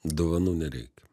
dovanų nereikia